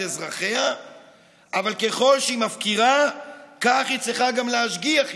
אזרחיה אבל ככל שהיא מפקירה כך היא צריכה גם להשגיח יותר.